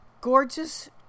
gorgeous